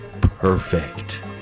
perfect